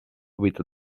with